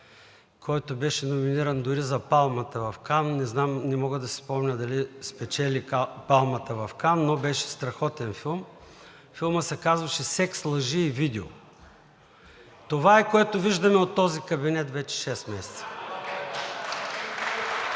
който беше номиниран дори за „Палмата“ в Кан, не мога да си спомня дали спечели „Палмата“ в Кан, но беше страхотен филм, филмът се казваше „Секс, лъжи и видео“. Това е, което виждаме от този кабинет вече шест месеца.